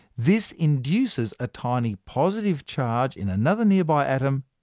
this induces a tiny positive charge in another nearby atom.